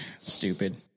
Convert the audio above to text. Stupid